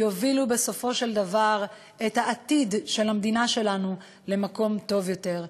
יובילו בסופו של דבר את העתיד של המדינה שלנו למקום טוב יותר.